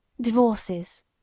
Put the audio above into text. DIVORCES